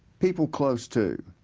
people close to,